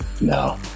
No